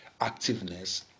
activeness